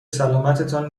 سلامتتان